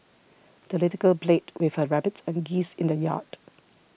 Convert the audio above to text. the little girl played with her rabbit and geese in the yard